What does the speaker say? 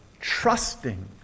trusting